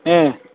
ꯑꯦ